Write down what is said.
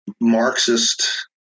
Marxist